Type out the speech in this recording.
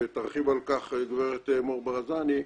ותרחיב על כך גברת מור ברזני,